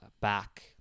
back